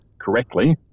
correctly